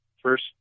first